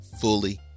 fully